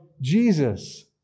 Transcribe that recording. Jesus